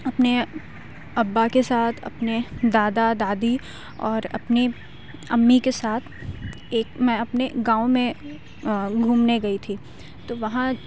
اپنے ابا کے ساتھ اپنے دادا دادی اور اپنی امی کے ساتھ ایک میں اپنے گاؤں میں گھومنے گئی تھی تو وہاں